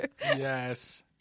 Yes